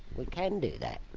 we can do that.